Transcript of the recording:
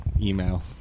email